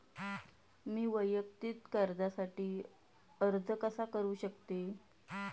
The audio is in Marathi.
मी वैयक्तिक कर्जासाठी अर्ज कसा करु शकते?